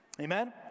amen